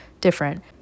different